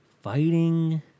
Fighting